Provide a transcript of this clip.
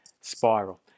spiral